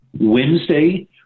Wednesday